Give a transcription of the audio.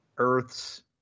Earths